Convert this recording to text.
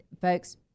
Folks